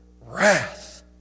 wrath